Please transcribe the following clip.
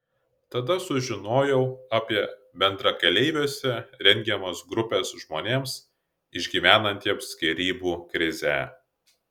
tada sužinojau apie bendrakeleiviuose rengiamas grupes žmonėms išgyvenantiems skyrybų krizę